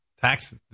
tax